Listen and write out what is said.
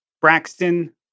Braxton